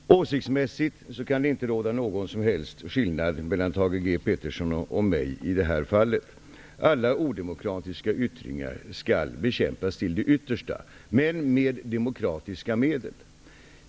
Herr talman! Åsiktsmässigt kan det i det här fallet inte råda någon som helst skillnad mellan Thage G Peterson och mig. Alla odemokratiska yttringar skall bekämpas till det yttersta, men med demokratiska medel.